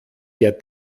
der